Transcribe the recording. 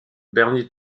bernie